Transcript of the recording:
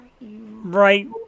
Right